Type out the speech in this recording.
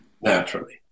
Naturally